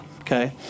Okay